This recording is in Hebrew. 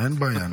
אין בעיה.